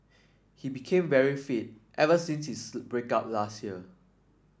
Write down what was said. he became very fit ever since this break up last year